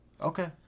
Okay